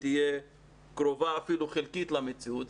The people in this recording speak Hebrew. תהיה קרובה אפילו חלקית למציאות.